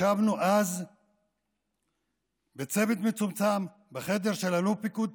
ישבנו אז בצוות מצומצם בחדר של אלוף פיקוד